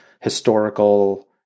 historical